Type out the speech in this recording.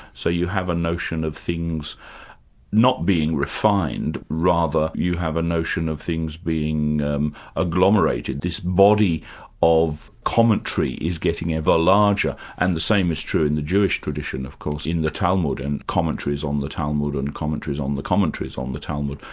so you have a notion of things not being refined, rather you have a notion of things being agglomerated, this body of commentary is getting ever larger, and the same is true in the jewish tradition of course, in the talmud, and commentaries on the talmud and commentaries on the commentaries on the talmud.